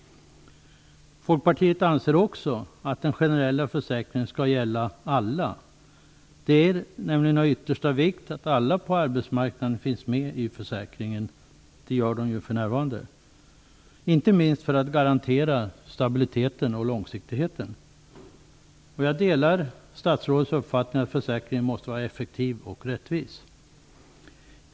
Folkpartiet anser också att den generella försäkringen skall gälla alla. Det är nämligen av yttersta vikt att alla på arbetsmarknaden finns med i försäkringen - det gör de ju för närvarande - inte minst för att garantera stabiliteten och långsiktigheten. Jag delar statsrådets uppfattning att försäkringen måste vara effektiv och rättvis.